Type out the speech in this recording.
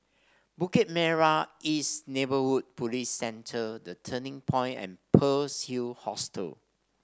Bukit Merah East Neighbourhood Police Centre The Turning Point and Pearl's Hill Hostel